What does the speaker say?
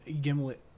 Gimlet